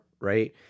right